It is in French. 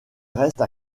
reste